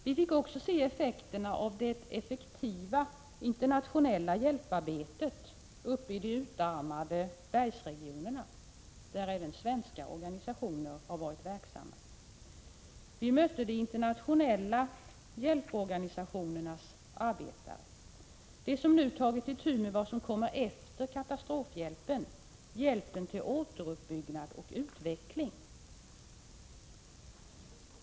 Vi fick också se effekterna av det effektiva internationella hjälparbetet uppe i de utarmade bergsregionerna, där även svenska organisationer har varit verksamma. Vi mötte de internationella hjälporganisationernas arbetare, de som nu tagit itu med vad som kommer efter katastrofhjälpen, dvs. hjälpen till återuppbyggnad och utveckling.